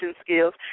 skills